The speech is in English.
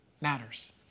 matters